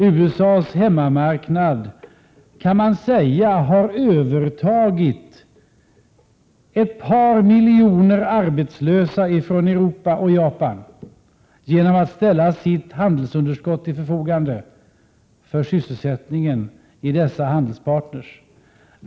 USA:s hemmamarknad har, kan man säga, övertagit ett par miljoner arbetslösa från Europa och Japan, genom att USA har ställt sitt handelsöverskott till förfogande för sysselsättningen hos dessa handelspartners.